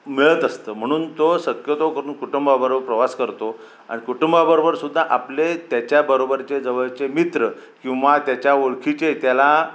मिळत असतं म्हणून तो शक्यतो करून कुटुंबाबरो प्रवास करतो आणि कुटुंबाबरोबर सुद्धा आपले त्याच्याबरोबरचे जवळचे मित्र किंवा त्याच्या ओळखीचे त्याला